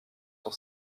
sur